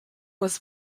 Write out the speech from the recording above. was